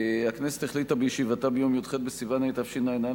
הכנסת החליטה בישיבתה ביום י"ח בסיוון התשע"א,